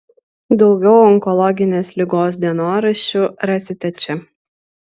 daugiau onkologinės ligos dienoraščių rasite čia